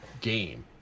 game